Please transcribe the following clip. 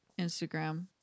instagram